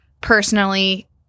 personally